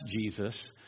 Jesus